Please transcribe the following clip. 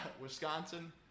Wisconsin